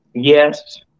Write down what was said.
Yes